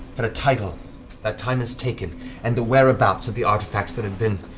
had a title that time has taken and the whereabouts of the artifacts that had been,